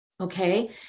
Okay